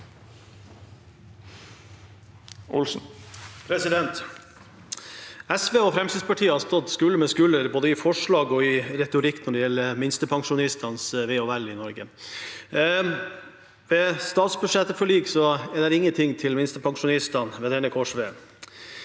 SV og Fremskrittspartiet har stått skulder ved skulder både i forslag og i retorikk når det gjelder minstepensjonistenes ve og vel i Norge. I statsbudsjettsforliket er det ingenting til minstepensjonistene ved denne